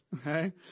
Okay